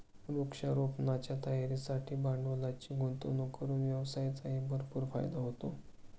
वृक्षारोपणाच्या तयारीसाठी भांडवलाची गुंतवणूक करून व्यवसायाचाही भरपूर फायदा होतो